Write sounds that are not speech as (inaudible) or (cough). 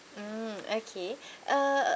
mm okay (breath) uh